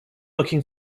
looking